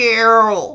Carol